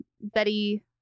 Betty